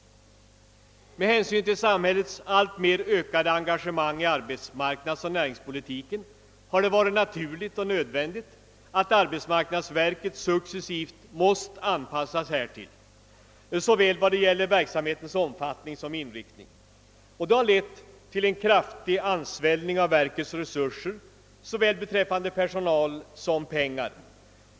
Med hänsyn till samhällets alltmer ökade engagemang i arbetsmarknadsoch näringspolitiken har det varit naturligt och nödvändigt att arbetsmarknadsverket successivt måste anpassas härtill vad gäller verksamhetens såväl omfattning som inriktning. Detta har lett till en kraftig ansvällning av verkets resurser beträffande såväl personal som pengar.